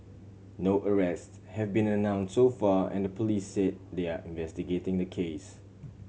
no arrest have been announce so far and the police say they are investigating the case